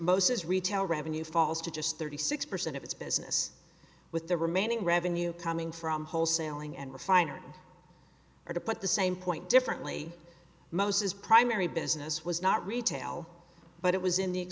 mosts retail revenue falls to just thirty six percent of its business with the remaining revenue coming from wholesaling and refiners are to put the same point differently most his primary business was not retail but it was in the